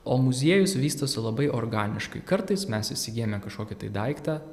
o muziejus vystosi labai organiškai kartais mes įsigyjame kažkokį daiktą